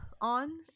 on